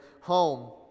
home